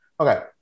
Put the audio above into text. Okay